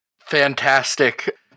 Fantastic